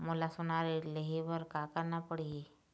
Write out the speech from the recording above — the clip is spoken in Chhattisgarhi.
मोला सोना ऋण लहे बर का करना पड़ही?